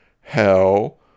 Hell